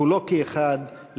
כולו כאחד,